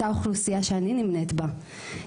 אותה אוכלוסייה שאני נמנית בה,